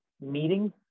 meetings